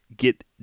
Get